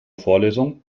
vorlesung